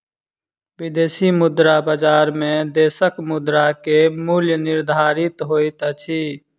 विदेशी मुद्रा बजार में देशक मुद्रा के मूल्य निर्धारित होइत अछि